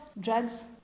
drugs